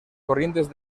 corrientes